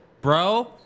bro